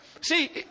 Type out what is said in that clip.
See